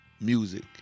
music